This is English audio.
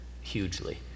hugely